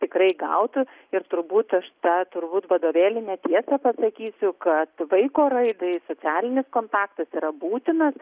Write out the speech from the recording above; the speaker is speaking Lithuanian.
tikrai gautų ir turbūt aš tą turbūt vadovėlinę tiesą pasakysiu kad vaiko raidai socialinis kontaktas yra būtinas